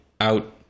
out